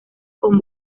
con